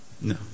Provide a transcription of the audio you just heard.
No